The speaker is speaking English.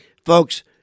Folks